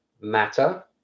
Matter